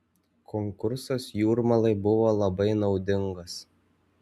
konkursas jūrmalai buvo labai naudingas